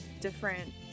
different